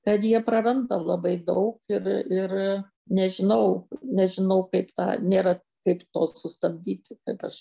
kad jie praranda labai daug ir ir nežinau nežinau kaip tą nėra kaip to sustabdyti ir aš